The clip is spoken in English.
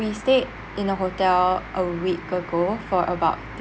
we stayed in a hotel a week ago for about